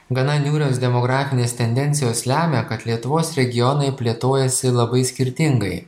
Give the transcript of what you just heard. gana niūrios demografinės tendencijos lemia kad lietuvos regionai plėtojasi labai skirtingai